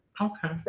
okay